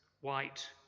white